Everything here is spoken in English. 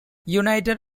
united